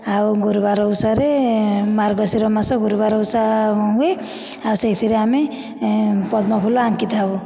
ଆଉ ଗୁରୁବାର ଓଷାରେ ମାର୍ଗଶିର ମାସ ଗୁରୁବାର ଓଷା ହୁଏ ଆଉ ସେହିଥିରେ ଆମେ ପଦ୍ମଫୁଲ ଆଙ୍କିଥାଉ